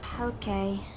Okay